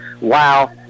Wow